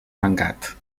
tancat